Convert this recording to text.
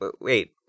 wait